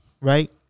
right